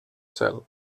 cel